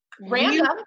random